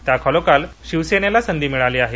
त्याखालोखाल शिवसेनेला संधी मिळाली आहे